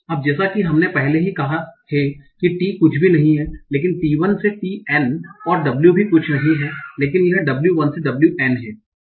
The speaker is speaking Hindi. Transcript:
अब जैसा कि हमने पहले ही कहा है कि T कुछ भी नहीं है लेकिन t1 से tn और W कुछ भी नहीं है लेकिन यह w1 से wn है